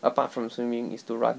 apart from swimming is to run